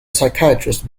psychiatrist